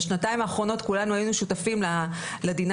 בשנתיים האחרונות כולנו היינו שותפים לדינמיקה